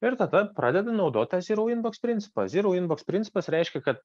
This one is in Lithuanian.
ir tada pradedi naudoti tą zyrau inboks principą zyrau inboks principas reiškia kad